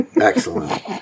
Excellent